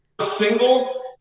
Single